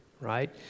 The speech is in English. right